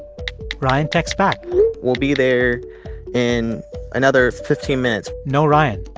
ryan texts back we'll be there in another fifteen minutes no ryan